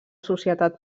societat